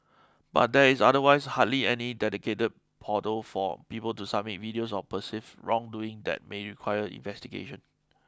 but there is otherwise hardly any dedicated portal for people to submit videos of perceived wrongdoing that may require investigation